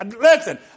listen